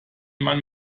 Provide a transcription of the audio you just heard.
mann